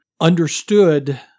understood